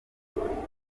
kutavugisha